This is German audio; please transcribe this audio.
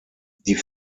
die